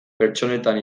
pertsonetan